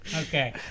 Okay